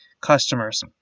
customers